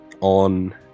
on